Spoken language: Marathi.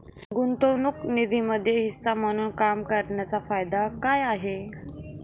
गुंतवणूक निधीमध्ये हिस्सा म्हणून काम करण्याच्या फायदा काय आहे?